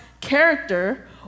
character